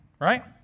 right